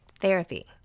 Therapy